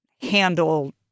handle